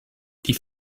die